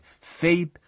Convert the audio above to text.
faith